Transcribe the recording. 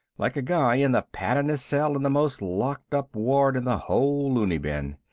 like a guy in the paddedest cell in the most locked up ward in the whole loony bin.